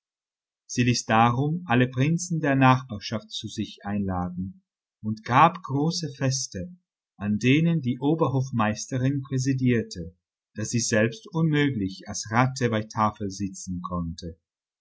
sie ließ darum alle prinzen der nachbarschaft zu sich einladen und gab große feste an denen die oberhofmeisterin präsidierte da sie selbst unmöglich als ratte bei tafel sitzen konnte